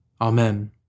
Amen